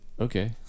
okay